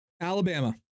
Alabama